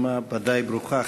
יוזמה ודאי ברוכה.